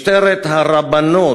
משטרת הרבנות.